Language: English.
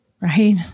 right